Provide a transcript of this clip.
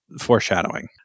foreshadowing